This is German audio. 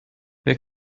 wer